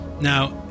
Now